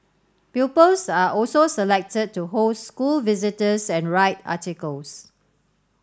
pupils are also selected to host school visitors and write articles